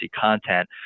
content